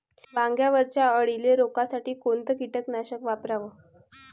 वांग्यावरच्या अळीले रोकासाठी कोनतं कीटकनाशक वापराव?